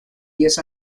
diez